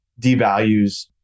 devalues